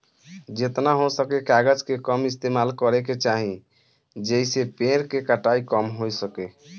जेतना हो सके कागज के कम इस्तेमाल करे के चाही, जेइसे पेड़ के कटाई कम हो सके